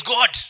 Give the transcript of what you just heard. God